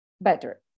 better